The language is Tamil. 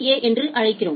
ஏ என்று அழைக்கிறோம்